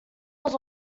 was